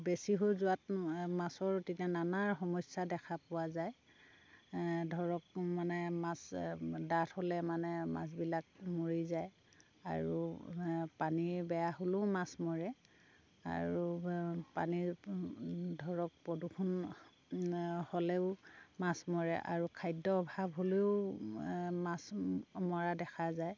বেছি হৈ যোৱাত মাছৰ তেতিয়া নানা সমস্যাৰ দেখা পোৱা যায় ধৰক মানে মাছ ডাঠ হ'লে মানে মাছবিলাক মৰি যায় আৰু পানী বেয়া হ'লেও মাছ মৰে আৰু পানী ধৰক প্ৰদূষণ হ'লেও মাছ মৰে আৰু খাদ্য অভাৱ হ'লেও মাছ মৰা দেখা যায়